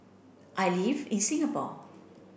I live in Singapore